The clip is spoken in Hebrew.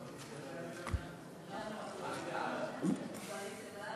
ההצעה להעביר את הצעת חוק לתיקון פקודת